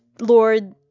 lord